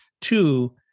two